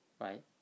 right